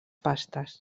pastes